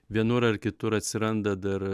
vienur ar kitur atsiranda dar